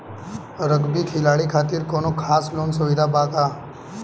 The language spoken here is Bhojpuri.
रग्बी खिलाड़ी खातिर कौनो खास लोन सुविधा बा का?